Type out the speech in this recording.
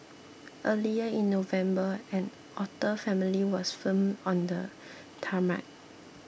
earlier in November an otter family was filmed on the tarmac